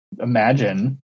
imagine